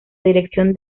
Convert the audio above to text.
dirección